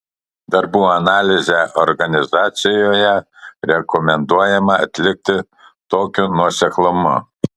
darbų analizę organizacijoje rekomenduojama atlikti tokiu nuoseklumu